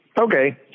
Okay